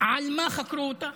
על מה חקרו אותה?